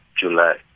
July